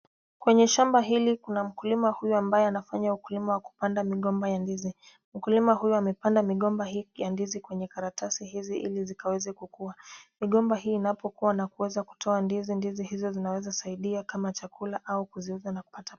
Kwenye shamba hili kuna mkulima huyu ambaye anafanya ukulima wa kupanda migomba ya ndizi. Mkulima huyu amepanda migomba hii ya ndizi kwenye karatasi hizi ili zikaweze kukua. Migomba hii inapokua na kuweza kutoa ndizi, ndizi hizo zinaweza saidia kama chakula au kuziuza na kupata